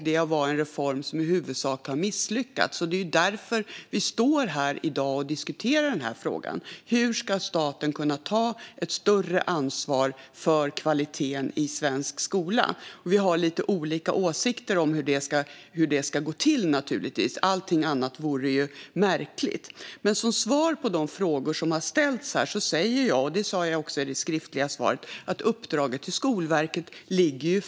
Det är en reform som i huvudsak har misslyckats, och det är därför som vi står här i dag och diskuterar frågan om hur staten ska kunna ta ett större ansvar för kvaliteten i svensk skola. Vi har naturligtvis lite olika åsikter om hur det ska gå till. Allt annat vore märkligt. Som svar på de frågor som har ställts sa jag i interpellationssvaret att uppdraget till Skolverket ligger fast.